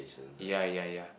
ya ya ya